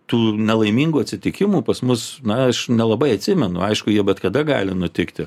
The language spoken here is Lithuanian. tų nelaimingų atsitikimų pas mus na aš nelabai atsimenu aišku jie bet kada gali nutikti